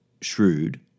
shrewd